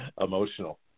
emotional